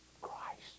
Christ